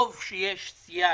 טוב שיש סייג,